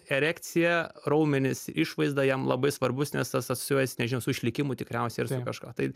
erekcija raumenys išvaizda jiem labai svarbu nes asocijuojasi nežinau su išlikimu tikriausiai ar su kažkuo tai